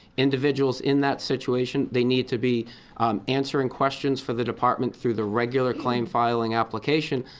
individuals in that situation, they need to be answering questions for the department through the regular claim filing application.